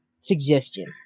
suggestion